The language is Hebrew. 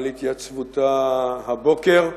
על התייצבותה הבוקר.